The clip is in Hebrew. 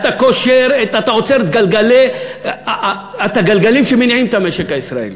אתה קושר אתה עוצר את הגלגלים שמניעים את המשק הישראלי.